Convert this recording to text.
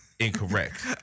Incorrect